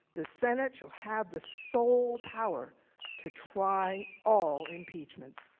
the senate shall have the sole power to try all impeachments.